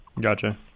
gotcha